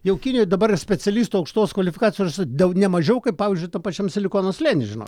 jau kinijoje dabar specialistų aukštos kvalifikacijos dau ne mažiau kaip pavyzdžiui tam pačiam silikono slėny žinok